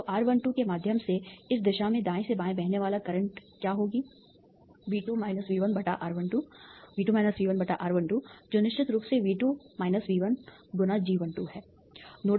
तो R12 के माध्यम से इस दिशा में दाएँ से बाएँ बहने वाला करंट क्या होगी V2 V1 R12 V2 V1 R12 जो निश्चित रूप से V2 V1 × है G12